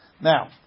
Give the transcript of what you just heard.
Now